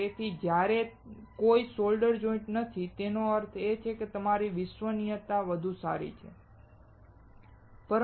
તેથી જ્યારે ત્યાં કોઈ સોલ્ડર જોઈંટ્સ નથી તેનો અર્થ એ કે તમારી વિશ્વસનીયતા વધુ સારી રહેશે